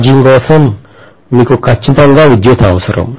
charging కోసం మీకు ఖచ్చితంగా విద్యుత్ అవసరం